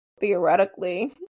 theoretically